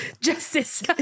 justice